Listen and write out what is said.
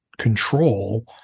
control